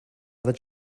other